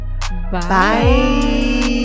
bye